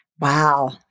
Wow